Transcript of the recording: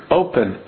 open